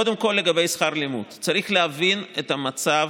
קודם כול, לגבי שכר לימוד, צריך להבין את המצב